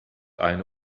eine